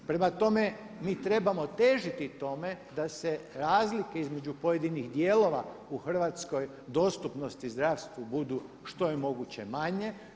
Prema tome, mi trebamo težiti tome da se razlike između pojedinih dijelova u Hrvatskoj dostupnosti zdravstvu budu što je moguće manje.